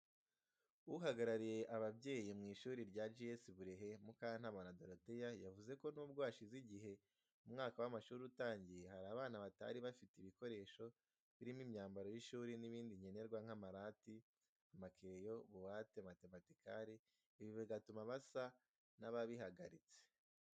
Uhagarariye ababyeyi mu ishuri rya GS Burehe, Mukantabana Dorothea, Yavuze ko n’ubwo hashize igihe umwaka w’amashuri utangiye, hari abana batari bafite ibikoresho, birimo imyambaro y’ishuri n’ibindi nkenerwa nk'amarati, amakereyo, buwate matematikare ,ibi bigatuma basa n’ababihagaritse.